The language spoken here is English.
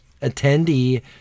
attendee